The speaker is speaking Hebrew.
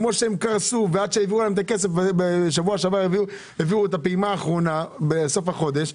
כמו שהם פרסו ובשבוע שעבר הביאו את הפעימה האחרונה בסוף החודש.